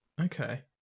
Okay